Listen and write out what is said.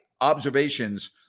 observations